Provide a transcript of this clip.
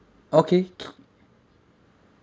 okay